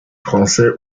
français